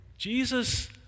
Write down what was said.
Jesus